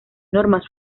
normas